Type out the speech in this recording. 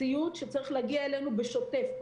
ציוד שצריך להגיע אלינו בשוטף,